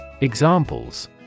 Examples